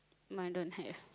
mine don't have